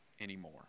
anymore